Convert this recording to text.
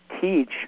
teach